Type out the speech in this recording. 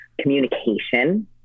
Communication